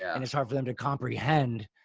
and it's hard for them to comprehend,